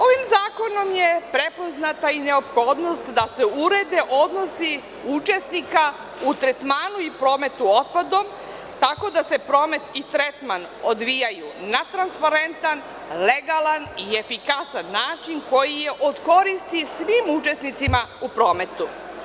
Ovim zakonom je prepoznata i neophodnost da se urede odnosi učesnika u tretmanu i prometu tako da se promet i tretman odvijaju na transparentan, legalan i efikasan način koji je od koristi svim učesnicima u prometu.